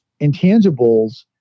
intangibles